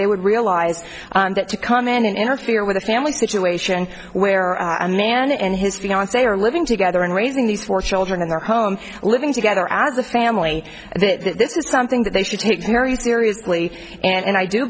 they would realize that to come in and interfere with a family situation where a man and his fiance are living together and raising these four children in their home living together out of the family and this is something that they should take very seriously and i do